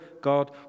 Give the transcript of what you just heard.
God